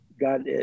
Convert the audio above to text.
God